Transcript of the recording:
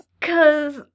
Cause